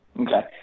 Okay